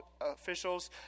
officials